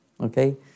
okay